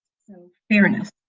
so fairness,